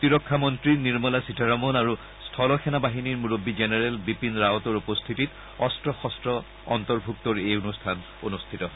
প্ৰতিৰক্ষা মন্ত্ৰী নিৰ্মলা সীতাৰমন আৰু স্থলসেনা বাহিনীৰ মুৰববী জেনেৰেল বিপিন ৰাৱাটৰ উপস্থিতিত অস্ত্ৰ শস্ত্ৰ অন্তৰ্ভক্তৰ এই অনুষ্ঠান অনুষ্ঠিত হয়